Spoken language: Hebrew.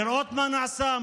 לראות מה נעשה,